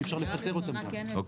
אי אפשר לפטר אותם גם.